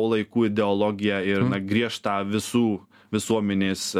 laikų ideologiją ir na griežtą visų visuomenės